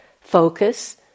focus